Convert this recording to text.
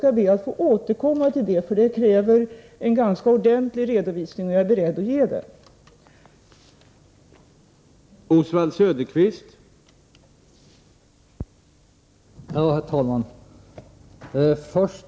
Jag ber att få återkomma till den frågan, för det krävs en ganska ordentlig redovisning och jag är beredd att ge en sådan.